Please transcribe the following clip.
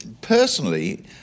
personally